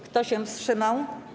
Kto się wstrzymał?